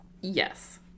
Yes